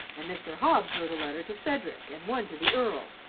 and mr. hobbs wrote a letter to cedric and one to the earl.